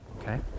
okay